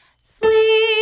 sleep